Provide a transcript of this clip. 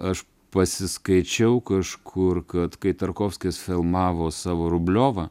aš pasiskaičiau kažkur kad kai tarkovskis filmavo savo rubliovą